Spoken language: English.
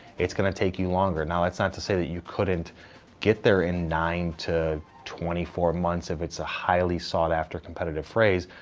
it's going to take you longer. now, that's not to say that you couldn't get there in nine to twenty four months if it's a highly sought after competitive phrase.